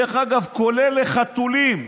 דרך אגב כולל לחתולים,